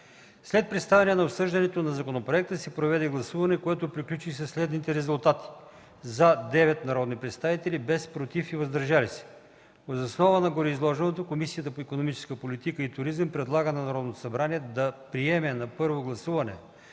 След представяне и обсъждане на законопроекта се проведе гласуване, което приключи при следните резултати: „за” – 9 народни представители, без „против” и „въздържали се”. Въз основа на гореизложеното Комисията по икономическата политика и туризъм предлага на Народното събрание да приеме на първо гласуване